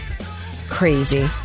Crazy